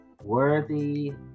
Worthy